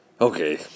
Okay